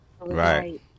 right